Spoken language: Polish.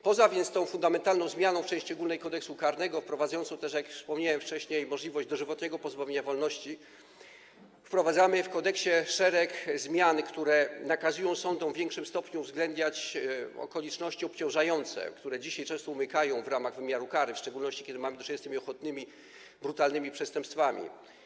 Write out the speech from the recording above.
Poza tą fundamentalną zmianą w części ogólnej Kodeksu karnego, wprowadzającą również, jak wspomniałem wcześniej, możliwość dożywotniego pozbawienia wolności, wprowadzamy w kodeksie szereg zmian, które nakazują sądom w większym stopniu uwzględniać okoliczności obciążające, które dzisiaj często umykają im przy wymierzaniu kary, w szczególności kiedy mamy do czynienia z tymi okrutnymi, brutalnymi przestępstwami.